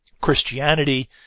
Christianity